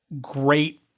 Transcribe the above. great